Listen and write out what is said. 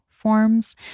Forms